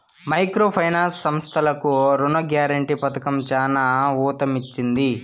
micro finance సంస్థలకు రుణ guarantee పథకం చానా ఊతమిచ్చింది